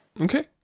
Okay